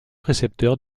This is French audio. précepteur